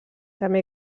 també